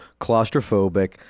claustrophobic